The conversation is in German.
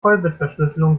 vollbitverschlüsselung